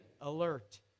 alert